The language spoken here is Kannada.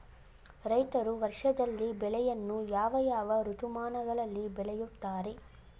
ರೈತರು ವರ್ಷದಲ್ಲಿ ಬೆಳೆಯನ್ನು ಯಾವ ಯಾವ ಋತುಮಾನಗಳಲ್ಲಿ ಬೆಳೆಯುತ್ತಾರೆ?